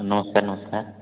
ନମସ୍କାର ନମସ୍କାର